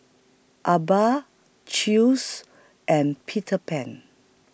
Alba Chew's and Peter Pan